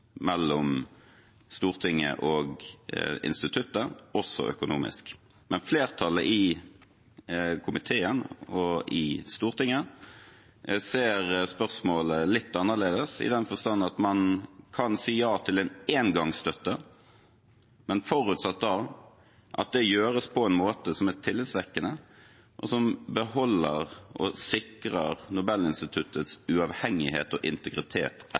mellom Stortinget og instituttet, også økonomisk. Flertallet i komiteen og i Stortinget ser spørsmålet litt annerledes, i den forstand at man kan si ja til en engangsstøtte, men forutsatt at det da gjøres på en måte som er tillitvekkende, og som beholder og sikrer Nobelinstituttets uavhengighet og integritet